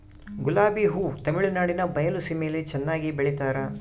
ಗುಲಾಬಿ ಹೂ ತಮಿಳುನಾಡಿನ ಬಯಲು ಸೀಮೆಯಲ್ಲಿ ಚೆನ್ನಾಗಿ ಬೆಳಿತಾರ